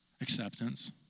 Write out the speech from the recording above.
acceptance